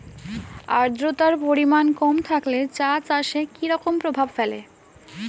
আদ্রতার পরিমাণ কম থাকলে চা চাষে কি রকম প্রভাব ফেলে?